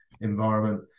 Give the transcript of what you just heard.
environment